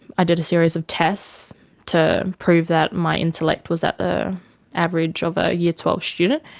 i did a series of tests to prove that my intellect was at the average of a year twelve student.